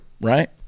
right